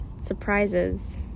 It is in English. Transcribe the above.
Surprises